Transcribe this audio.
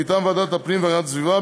מטעם ועדת הפנים והגנת הסביבה,